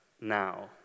now